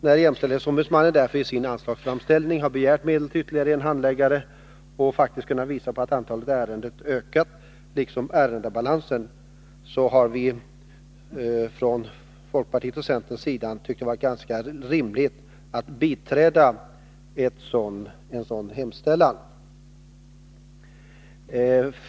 När jämställdhetsombudsmannen därför i sin anslagsframställning har begärt medel till ytterligare en handläggare och faktiskt kunnat visa att antalet ärenden ökar, liksom ärendebalansen, har vi från folkpartiet och centern ansett det ganska rimligt att biträda en sådan hemställan.